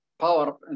power